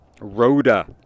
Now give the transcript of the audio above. Rhoda